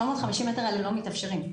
ה-750 מטר האלה לא מתאפשרים.